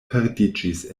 perdiĝis